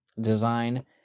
design